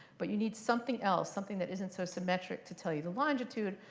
but you need something else, something that isn't so symmetric, to tell you the longitude.